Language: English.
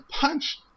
punch